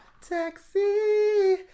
Taxi